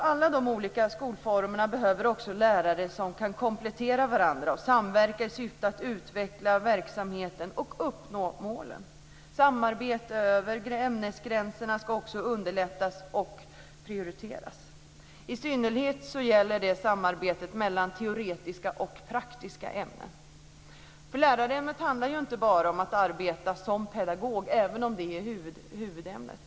Alla olika skolformer behöver lärare som kan komplettera varandra och samverka i syfte att utveckla verksamheten och uppnå målen. Samarbete över ämnesgränserna ska underlättas och prioriteras. Det gäller i synnerhet samarbetet mellan teoretiska och praktiska ämnen. Lärarämnet handlar inte bara om att arbeta som pedagog, även om det är huvudämnet.